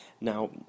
Now